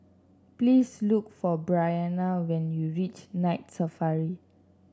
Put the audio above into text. please look for Bryanna when you reach Night Safari